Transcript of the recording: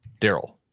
Daryl